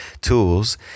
tools